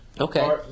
Okay